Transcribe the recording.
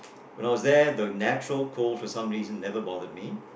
when I was there the natural cold for some reason never bothered me